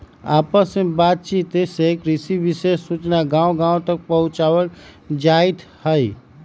आपस में बात चित से कृषि विशेष सूचना गांव गांव तक पहुंचावल जाईथ हई